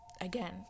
again